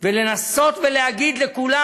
ולנסות ולהגיד לכולם: